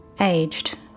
aged